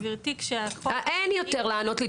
גברתי -- אין יותר לענות לי.